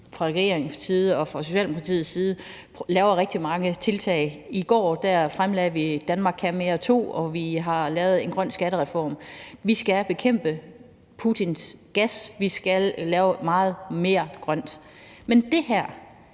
fra regeringens side og fra Socialdemokratiets side laver rigtig mange tiltag. I går fremlagde vi »Danmark kan mere II«, og vi har lavet en grøn skattereform. Vi skal bekæmpe afhængigheden af Putins gas, vi skal lave meget mere grønt. Men om det her